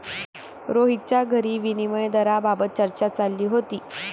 रोहितच्या घरी विनिमय दराबाबत चर्चा चालली होती